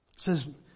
Says